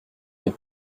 des